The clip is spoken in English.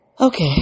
Okay